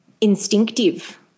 instinctive